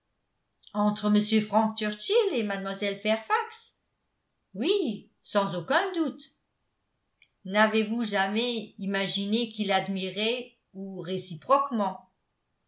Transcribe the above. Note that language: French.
entre m frank churchill et mlle fairfax oui sans aucun doute n'avez-vous jamais imaginé qu'il l'admirait ou réciproquement